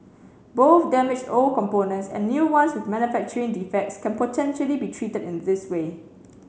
both damaged old components and new ones with manufacturing defects can potentially be treated in this way